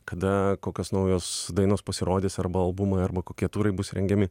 kada kokios naujos dainos pasirodys arba albumai arba kokie turai bus rengiami